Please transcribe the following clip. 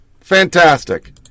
Fantastic